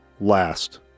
last